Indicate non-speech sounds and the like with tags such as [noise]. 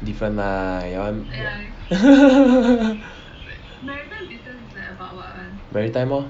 different lah your one [laughs] maritime lor